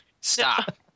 Stop